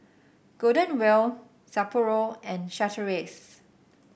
Golden Wheel Sapporo and Chateraise